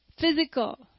physical